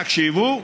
תקשיבו,